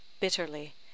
bitterly